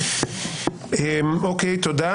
תודה.